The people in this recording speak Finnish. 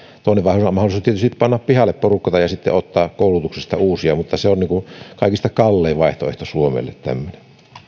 toinen mahdollisuus on tietysti panna pihalle porukkaa ja sitten ottaa koulutuksesta uusia mutta tämmöinen on kaikista kallein vaihtoehto suomelle